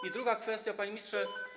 I druga kwestia, panie ministrze.